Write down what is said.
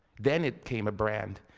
then it became a brand.